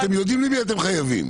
אתם יודעים למי אתם חייבים.